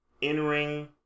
in-ring